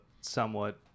somewhat